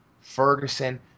Ferguson